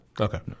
Okay